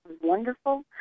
wonderful